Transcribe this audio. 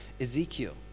Ezekiel